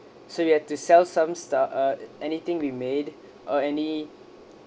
so you have to sell some stuf~ uh anything we made or any